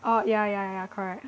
oh ya ya ya correct